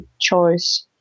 choice